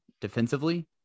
defensively